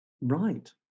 Right